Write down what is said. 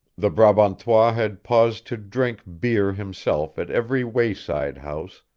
the brabantois had paused to drink beer himself at every wayside house,